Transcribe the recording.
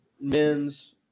men's